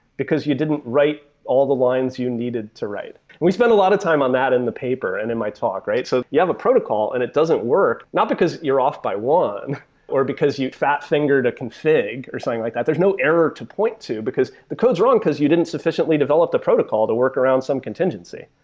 because you didn't write all the lines you needed to write. we spent a lot of time on that in the paper and in my talk. so you have a protocol and it doesn't work, not because you're off by one or because you fat fingered a config or something like that. there's no error to point to, because the code is wrong because you didn't sufficiently developed a protocol to work around some contingency.